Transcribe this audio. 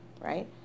right